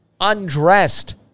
Undressed